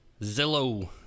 Zillow